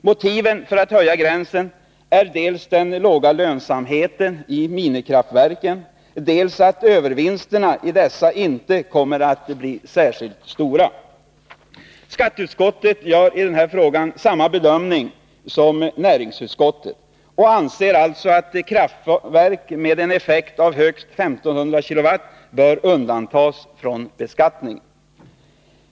Motiven för att höja gränsen är dels den låga lönsamheten i minikraftverken, dels att övervinsterna i dessa inte kommer att bli särskilt stora. Skatteutskottet gör i den här frågan samma bedömning som näringsutskottet och anser alltså att kraftverk med en effekt av högst 1 500 kilowatt bör undantas från beskattningen.